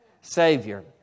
Savior